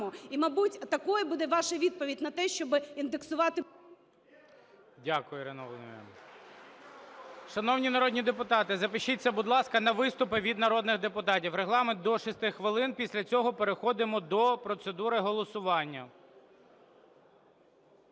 І, мабуть, такою буде ваша відповідь на те, щоби індексувати…